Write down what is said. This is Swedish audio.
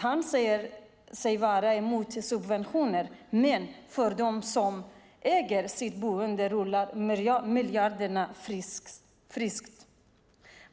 Han säger sig vara mot subventioner, men för dem som äger sitt boende rullar miljarderna friskt.